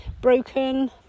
broken